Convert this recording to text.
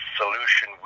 solution